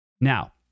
now